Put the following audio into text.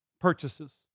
purchases